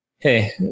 Hey